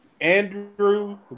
Andrew